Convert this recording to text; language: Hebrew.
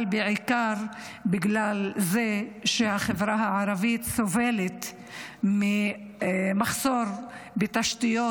אבל בעיקר בגלל זה שהחברה הערבית סובלת ממחסור בתשתיות